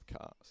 cars